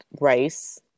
rice